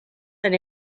that